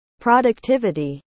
productivity